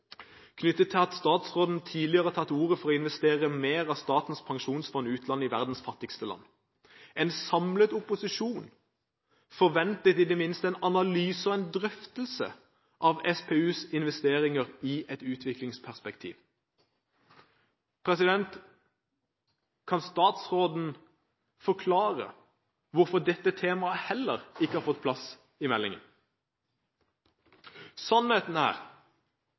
knyttet til at statsråden tidligere har tatt til ordet for å investere mer av Statens pensjonsfond utland i verdens fattigste land. En samlet opposisjon forventet i det minste en analyse og en drøftelse av SPUs investeringer i et utviklingsperspektiv. Kan statsråden forklare hvorfor dette temaet heller ikke har fått plass i meldingen? Sannheten er